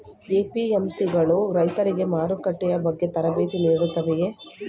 APMC ಗಳು ರೈತರಿಗೆ ಮಾರುಕಟ್ಟೆ ಬಗ್ಗೆ ತರಬೇತಿ ನೀಡುತ್ತವೆಯೇ?